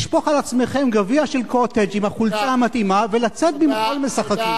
לשפוך על עצמכם גביע של "קוטג'" עם החולצה המתאימה ולצאת במחול משחקים.